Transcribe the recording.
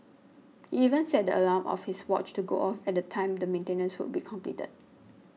he even set the alarm of his watch to go off at the time the maintenance would be completed